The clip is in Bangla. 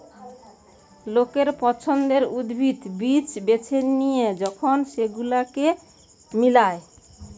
লোকের পছন্দের উদ্ভিদ, বীজ বেছে লিয়ে যখন সেগুলোকে মিলায়